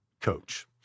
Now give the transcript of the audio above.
coach